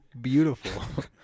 beautiful